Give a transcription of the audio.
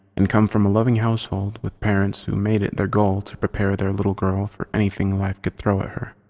and come from a loving household with parents who made it their goal to prepare their little girl for anything life could throw at her.